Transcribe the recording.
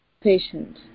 patient